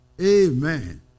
Amen